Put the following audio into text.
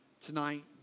tonight